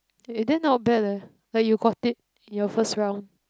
eh then not bad leh like you got it in your first round